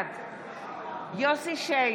בעד יוסף שיין,